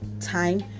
time